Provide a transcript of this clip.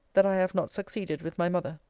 that i have not succeeded with my mother.